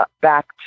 back